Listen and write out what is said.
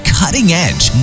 cutting-edge